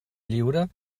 lliure